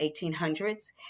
1800s